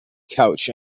couch